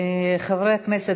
חברי הכנסת,